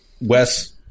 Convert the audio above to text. Wes